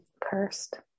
cursed